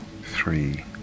three